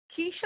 Keisha